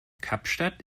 kapstadt